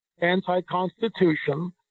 anti-Constitution